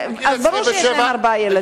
ברור שיש להם ארבעה ילדים.